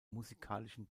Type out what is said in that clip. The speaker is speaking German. musikalischen